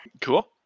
Cool